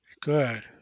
Good